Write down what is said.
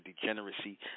degeneracy